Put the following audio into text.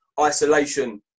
isolation